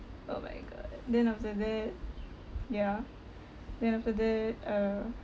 oh my god then after that yeah then after that uh